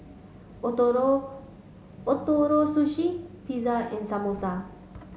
Ootoro Ootoro Sushi Pizza and Samosa